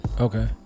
okay